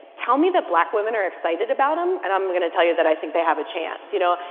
tell me that black women are excited about him, and i'm going to tell you that i think they have a chance you know?